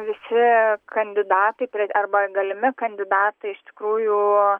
visi kandidatai pre arba galimi kandidatai iš tikrųjų